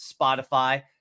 Spotify